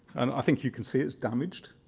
i think you can see it's damaged,